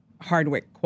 hardwick